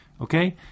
Okay